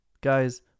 guys